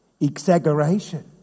Exaggeration